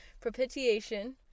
propitiation